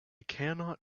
cannot